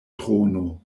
trono